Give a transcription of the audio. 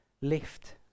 lift